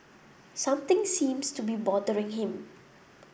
something seems to be bothering him